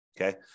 okay